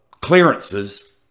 clearances